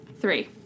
Three